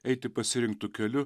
eiti pasirinktu keliu